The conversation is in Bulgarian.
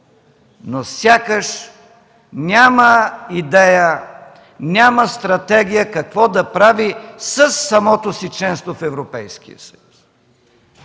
но сякаш няма идея, няма стратегия какво да прави със самото си членство в Европейския съюз.